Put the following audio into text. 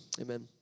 Amen